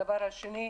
הדבר השני,